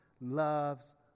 loves